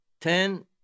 Ten